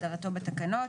כהגדרתו בתקנות.